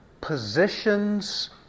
positions